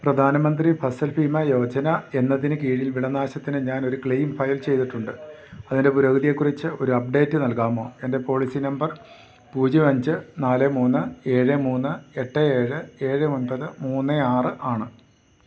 പ്രധാനമന്ത്രി ഫസൽ ഭീമ യോജന എന്നതിന് കീഴിൽ വിളനാശത്തിന് ഞാൻ ഒരു ക്ലെയിം ഫയൽ ചെയ്തിട്ടുണ്ട് അതിൻ്റെ പുരോഗതിയെക്കുറിച്ച് ഒരപ്ഡേറ്റ് നൽകാമോ എൻ്റെ പോളിസി നമ്പർ പൂജ്യം അഞ്ച് നാല് മൂന്ന് ഏഴ് മൂന്ന് എട്ട് ഏഴ് ഏഴ് ഒൻപത് മൂന്ന് ആറ് ആണ്